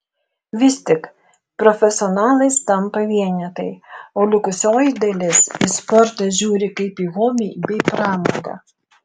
vis tik profesionalais tampa vienetai o likusioji dalis į sportą žiūri kaip į hobį bei pramogą